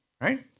right